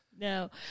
No